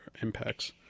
impacts